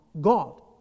God